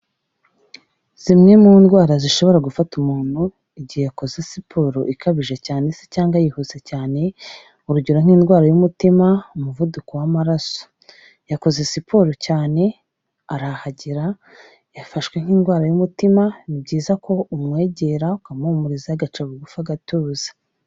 Zimwe mu ndwara zishobora gufata umuntu igihe akoze siporo ikabije cyane se cyangwa yihuse cyane, urugero nk'indwara y'umutima, umuvuduko w'amaraso, yakoze siporo cyane arahagira yafashwe n'indwara y'umutima ni byiza ko umwegera ukamuhumuriza agaca bugufi agatuza.